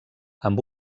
amb